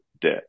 debt